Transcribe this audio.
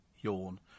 yawn